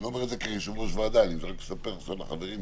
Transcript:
אני לא אומר את זה כיושב ראש ועדה אלא אני מספר עכשיו לחברים שלי.